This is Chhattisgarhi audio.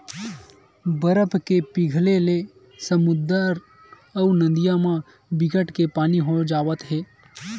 बरफ के पिघले ले समुद्दर अउ नदिया म बिकट के पानी हो जावत हे